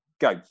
Go